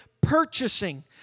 purchasing